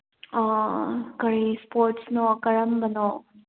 ꯑꯣ ꯑꯣ ꯀꯔꯤ ꯏꯁꯄꯣꯔꯠꯁꯅꯣ ꯀꯔꯝꯕꯅꯣ